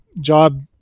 job